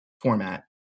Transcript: format